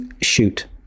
Shoot